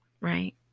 Right